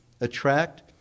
attract